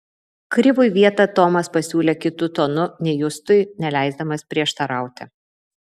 krivui vietą tomas pasiūlė kitu tonu nei justui neleisdamas prieštarauti